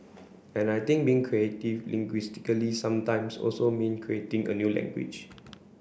and I think being creative linguistically sometimes also mean creating a new language